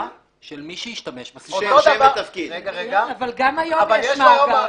אבל גם היום יש מאגר.